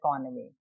economy